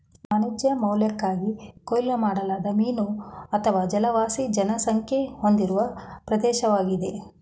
ವಾಣಿಜ್ಯ ಮೌಲ್ಯಕ್ಕಾಗಿ ಕೊಯ್ಲು ಮಾಡಲಾದ ಮೀನು ಅಥವಾ ಜಲವಾಸಿ ಜನಸಂಖ್ಯೆ ಹೊಂದಿರೋ ಪ್ರದೇಶ್ವಾಗಿದೆ